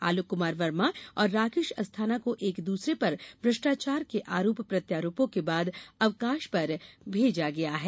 आलोक कुमार वर्मा और राकेश अस्थाना को एक दूसरे पर भ्रष्टाचार के आरोप प्रत्यारोपों के बाद अवकाश पर भेजा गया है